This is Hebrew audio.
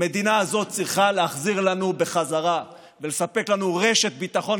המדינה הזאת צריכה להחזיר לנו בחזרה ולספק לנו רשת ביטחון